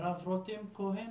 שמי מרב רותם כהן